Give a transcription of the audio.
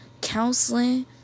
Counseling